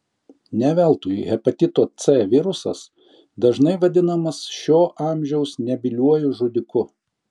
ne veltui hepatito c virusas dažnai vadinamas šio amžiaus nebyliuoju žudiku